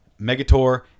Megator